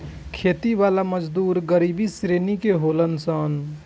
खेती वाला मजदूर गरीब श्रेणी के होलन सन